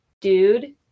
dude